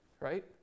right